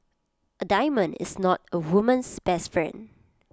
A diamond is not A woman's best friend